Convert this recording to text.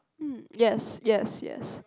hmm yes yes yes